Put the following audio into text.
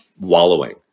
wallowing